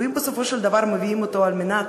ואם בסופו של דבר מביאים אותו רק על מנת